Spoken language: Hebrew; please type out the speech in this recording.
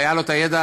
היה לו ידע